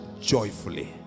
joyfully